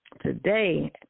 today